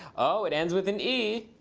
oh, it ends with an e.